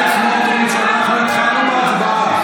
אנחנו התחלנו בהצבעה.